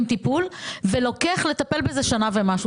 למה לוקח לטפל בזה שנה ומשהו?